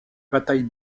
bataille